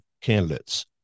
candidates